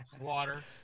water